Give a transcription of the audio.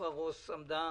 עפרה רוס עמדה